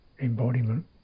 embodiment